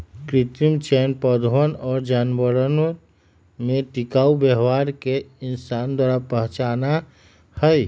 कृत्रिम चयन पौधवन और जानवरवन में टिकाऊ व्यवहार के इंसान द्वारा पहचाना हई